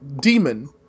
demon